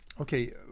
Okay